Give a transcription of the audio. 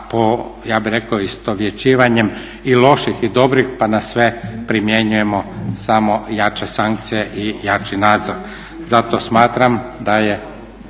sa po ja bih rekao istovjećivanjem i loših i dobrih, pa na sve primjenjujemo samo jače sankcije i jači nadzor. Zato smatram da je